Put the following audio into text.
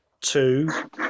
two